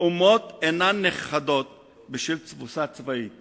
"אומות אינן נכחדות בשל תבוסה צבאית